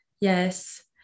Yes